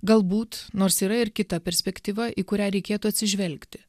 galbūt nors yra ir kita perspektyva į kurią reikėtų atsižvelgti